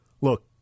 look